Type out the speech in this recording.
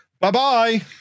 Bye-bye